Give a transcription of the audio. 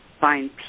find